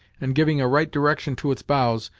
and giving a right direction to its bows,